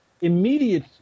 immediate